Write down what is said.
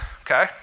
Okay